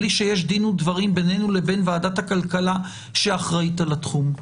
בלי שיש דין ודברים בינינו לבין ועדת הכלכלה שאחראית על התחום?